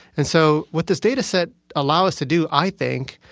and so what this data set allow us to do, i think,